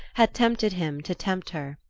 had tempted him to tempt her.